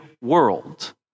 world